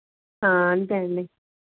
అంతే అండి